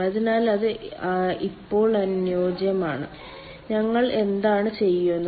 അതിനാൽ അത് ഇപ്പോൾ അനുയോജ്യമാണ് ഞങ്ങൾ എന്താണ് ചെയ്യുന്നത്